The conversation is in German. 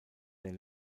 der